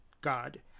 God